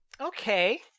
Okay